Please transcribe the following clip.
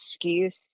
excuse